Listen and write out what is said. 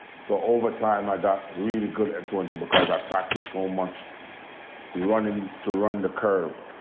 so over time, i got really good at tunja because i practiced so much running to run the curve.